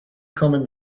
common